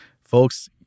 Folks